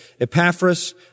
Epaphras